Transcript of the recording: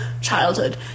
childhood